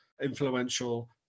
influential